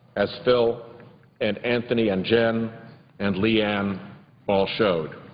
as phil and anthony and jen and leanne all showed.